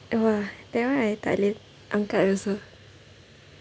!wah! that one I tak boleh angkat also